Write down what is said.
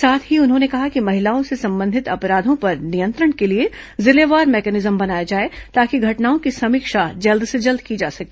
साथ ही उन्होंने कहा कि महिलाओं से संबंधित अपराधों पर नियंत्रण के लिए जिलेवार मेकेनिजम बनाया जाए ताकि घटनाओं की समीक्षा जल्द से जल्द की जा सके